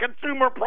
consumer